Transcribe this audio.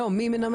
לא, מי מנמק?